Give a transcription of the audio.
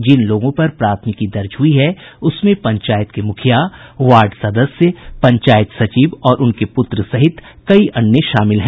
जिन लोगों पर प्राथमिकी दर्ज हुई है उसमें पंचायत के मुखिया वार्ड सदस्य पंचायत सचिव और उनके पुत्र सहित कई अन्य शामिल हैं